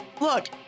Look